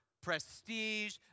prestige